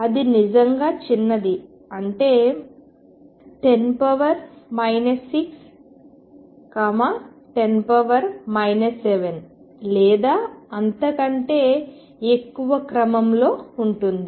అది నిజంగా చిన్నది అంటే 10 6 10 7 లేదా అంతకంటే ఎక్కువ క్రమంలో ఉంటుంది